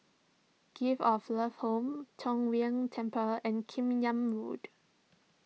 Gift of Love Home Tong Whye Temple and Kim Yam Road